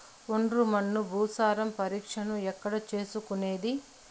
ఒండ్రు మన్ను భూసారం పరీక్షను ఎక్కడ చేసుకునేది?